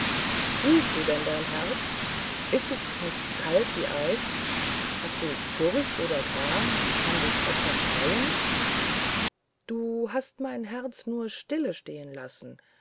fühlst du denn dein herz ist es nicht kalt wie eis hast du furcht oder gram kann dich etwas reuen du hast mein herz nur stillestehen lassen